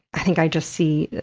i think i just see,